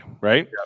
right